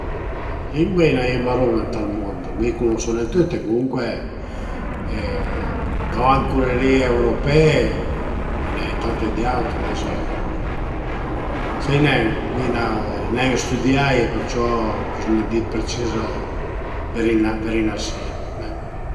Lingue a i ën e ën barun ënt ël mund, mi cunosu nen tüte, comuncue gavant cule li europee a i ën e tante d'aute, ades bo, sai ne, mi l'ai nen stüdiaie perciò pös pa di d'precis vaire a ën sia